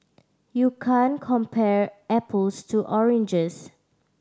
you can't compare apples to oranges